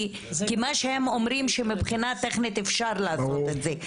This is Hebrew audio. כי מה שהם אומרים שמבחינה טכנית אפשר לעשות את זה,